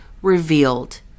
revealed